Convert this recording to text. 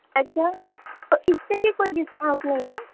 اچھا تو اس پہ بھی کوئی ڈسکاؤنٹ نہیں ہے